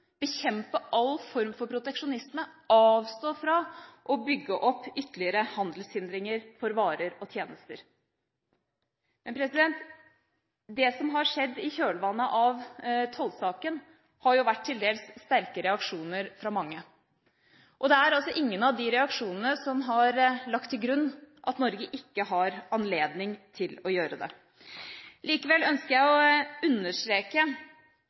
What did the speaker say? bekjempe all form for proteksjonisme og avstå fra å bygge opp ytterligere handelshindringer for varer og tjenester. Det som har skjedd i kjølvannet av tollsaken, har vært til dels sterke reaksjoner fra mange. I ingen av de reaksjonene er det lagt til grunn at Norge ikke har anledning til å gjøre det. Likevel ønsker jeg å understreke